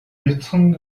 бяцхан